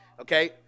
Okay